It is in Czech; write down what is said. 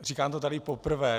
Říkám to tady poprvé.